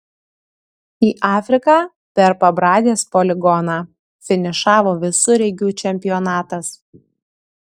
į afriką per pabradės poligoną finišavo visureigių čempionatas